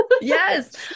Yes